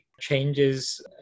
changes